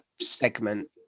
segment